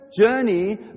journey